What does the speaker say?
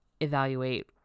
evaluate